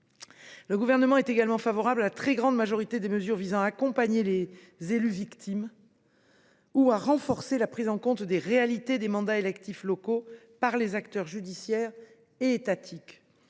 commission. Il est également favorable à la très grande majorité des mesures visant à accompagner les élus victimes, ou à renforcer la prise en compte des réalités des mandats électifs locaux par les acteurs judiciaires et étatiques.